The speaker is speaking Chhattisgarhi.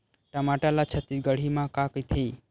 टमाटर ला छत्तीसगढ़ी मा का कइथे?